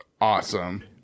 Awesome